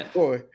boy